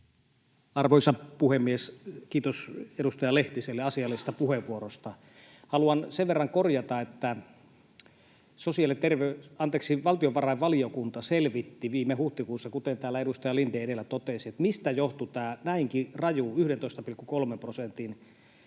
Arvoisa puhemies! Kiitos edustaja Lehtiselle asiallisesta puheenvuorosta. Haluan sen verran korjata, että valtiovarainvaliokunta selvitti viime huhtikuussa, kuten täällä edustaja Lindén edellä totesi, mistä johtui tämä näinkin raju 11,3 prosentin